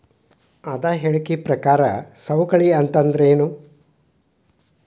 ಆದಾಯ ಹೇಳಿಕಿ ಪ್ರಕಾರ ಸವಕಳಿ ಅಂತಂದ್ರೇನು?